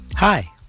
Hi